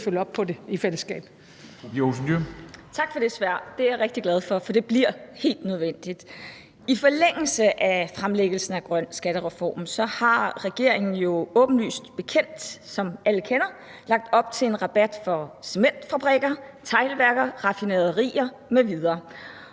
Olsen Dyhr (SF): Tak for det svar; det er jeg rigtig glad for, for det bliver helt nødvendigt. I forlængelse af fremlæggelsen af den grønne skattereform har regeringen jo åbenlyst, som alle ved, lagt op til en rabat for cementfabrikker, teglværker, raffinaderier m.v.